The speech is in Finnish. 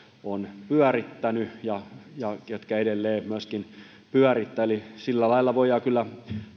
ovat pyörittäneet ja ja edelleen myöskin pyörittävät eli sillä lailla voidaan kyllä